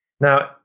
Now